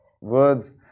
Words